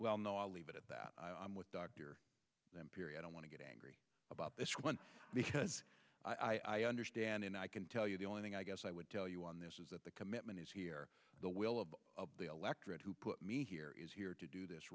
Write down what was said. well no i'll leave it at that i'm with dr them period i want to get angry about this one because i understand and i can tell you the only thing i guess i would tell you on this is that the commitment is here the will of the electorate who put me here is here to do this